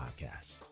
podcasts